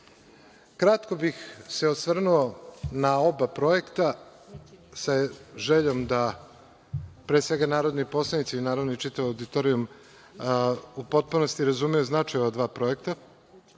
evra. Kratko bih se osvrnuo na oba projekta, sa željom da pre svega narodni poslanici, a naravno i čitav auditorijum, u potpunosti razumeju značaj ova dva projekta. Kada